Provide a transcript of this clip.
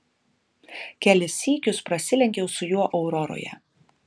kelis sykius prasilenkiau su juo auroroje